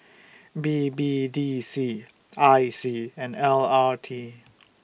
B B D C I C and L R T